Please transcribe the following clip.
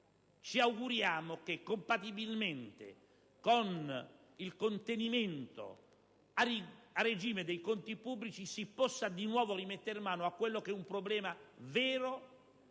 Ci auguriamo che, compatibilmente con il contenimento a regime dei conti pubblici, si possa di nuovo mettere mano ad un problema vero,